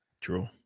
True